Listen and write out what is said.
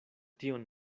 tion